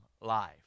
life